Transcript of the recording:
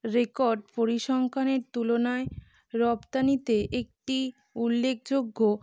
record পরিসংখ্যানের তুলনায় রফতানিতে একটি উল্লেখযোগ্য